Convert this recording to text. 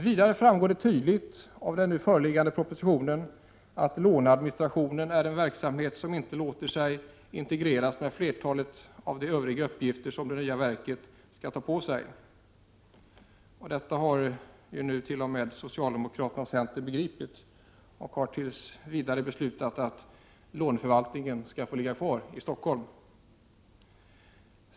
Vidare framgår det tydligt av den nu föreliggande propositionen att låneadministration är en verksamhet som inte låter sig integreras med flertalet av de övriga uppgifter som det nya verket skall ta på sig. Detta har ju nu t.o.m. socialdemokraterna och centern begripit, och de har beslutat att låneförvaltningen tills vidare skall få ligga kvar i Stockholm.